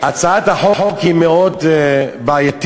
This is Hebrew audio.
הצעת החוק היא מאוד בעייתית,